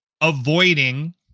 avoiding